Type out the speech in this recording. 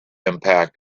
impact